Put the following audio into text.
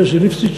חזי ליפשיץ,